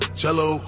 cello